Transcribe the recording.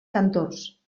cantors